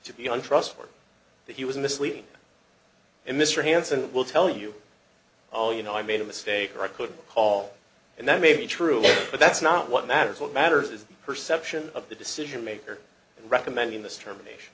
to be untrustworthy that he was misleading and mr hanson will tell you oh you know i made a mistake or i could call and that may be true but that's not what matters what matters is the perception of the decision maker and recommending this termination